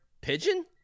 Pigeon